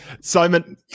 Simon